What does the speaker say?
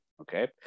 okay